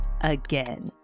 again